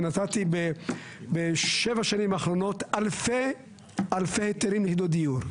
ונתתי ב-7 השנים האחרונות אלפי היתרים לדיור.